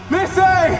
Missy